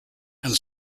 and